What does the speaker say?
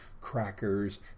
crackers